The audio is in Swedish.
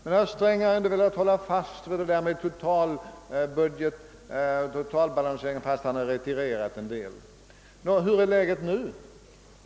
Herr Sträng har ändå visat preferens för totalbalansering fastän han retirerat i viss utsträckning. Hur är då läget nu?